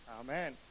Amen